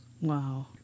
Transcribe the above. Wow